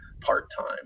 part-time